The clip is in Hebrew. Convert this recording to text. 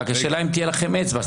רק השאלה אם תהיה לכם אצבע.